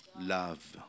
Love